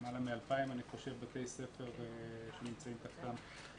למעלה מאלפיים בתי ספר שנמצאים תחתם.